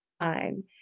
time